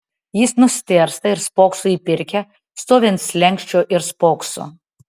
jis nustėrsta ir spokso į pirkią stovi ant slenksčio ir spokso